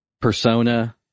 persona